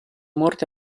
morte